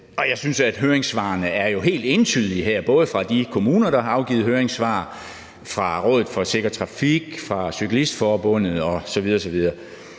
og jeg synes, at høringssvarene jo er ret entydige her, både fra de kommuner, der har afgivet høringssvar, fra Rådet for Sikker Trafik, fra Cyklistforbundet osv. osv.